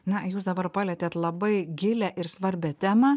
na jūs dabar palietėt labai gilią ir svarbią temą